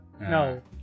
no